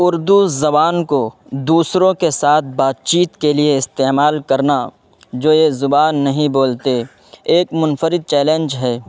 اردو زبان کو دوسروں کے ساتھ بات چیت کے لیے استعمال کرنا جو یہ زبان نہیں بولتے ایک منفرد چیلینج ہے